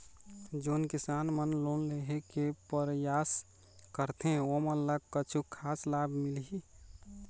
जोन किसान मन लोन लेहे के परयास करथें ओमन ला कछु खास लाभ मिलही?